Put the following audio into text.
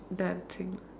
dancing